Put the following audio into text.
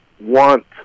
want